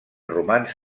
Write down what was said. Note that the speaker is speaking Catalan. romans